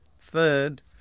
Third